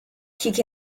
kick